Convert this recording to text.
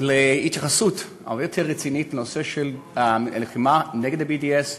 להתייחסות הרבה יותר רצינית לנושא הלחימה נגד ה-BDS,